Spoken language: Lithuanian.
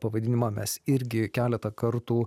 pavadinimą mes irgi keletą kartų